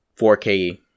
4K